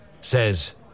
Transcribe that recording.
says